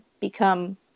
become